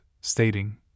stating